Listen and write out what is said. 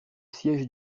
siège